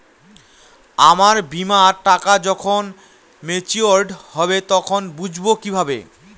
আমার বীমার টাকা যখন মেচিওড হবে তখন বুঝবো কিভাবে?